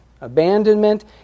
abandonment